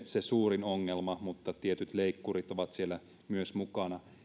se suurin ongelma mutta tietyt leikkurit ovat siellä myös mukana